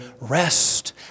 rest